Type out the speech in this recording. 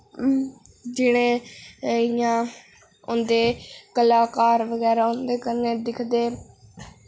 जेह्ड़े इ'यां होंदे कलाकार बगैरा होंदे कन्नै दिखदे